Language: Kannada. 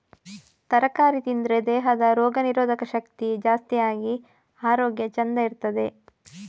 ತರಕಾರಿ ತಿಂದ್ರೆ ದೇಹದ ರೋಗ ನಿರೋಧಕ ಶಕ್ತಿ ಜಾಸ್ತಿ ಆಗಿ ಆರೋಗ್ಯ ಚಂದ ಇರ್ತದೆ